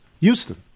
Houston